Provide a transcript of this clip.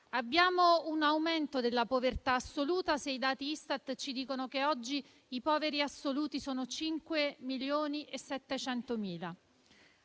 Abbiamo un aumento della povertà assoluta, se i dati Istat ci dicono che oggi i poveri assoluti sono 5,7 milioni. Abbiamo